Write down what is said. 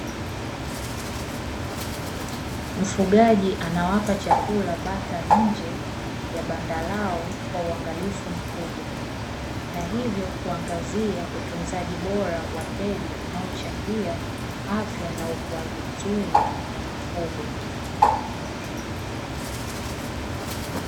Mfugaji anawapa chakula bata nje ya banda lao kwa uangalifu mkubwa. Na hivyo kuangazia utunzaji bora wa ndege unaochangia afya na ukuaji mzuri wa mifugo.